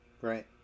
Right